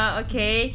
okay